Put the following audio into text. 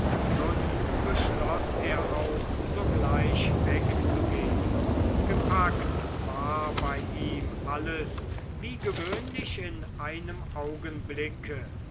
nun beschloß er auch sogleich wegzugehn gepackt war bei ihm alles wie gewöhnlich in einem augenblicke